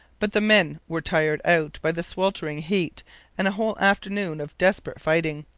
but the men were tired out by the sweltering heat and a whole afternoon of desperate fighting.